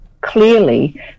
clearly